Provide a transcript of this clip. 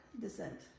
descent